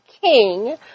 king